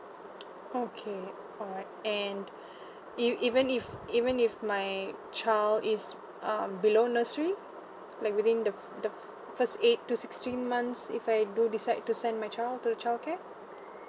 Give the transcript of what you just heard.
okay alright and even even if even if my child is um below nursery like within the the first eight to sixteen months if I do decide to send my child to the childcare